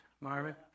Marvin